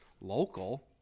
Local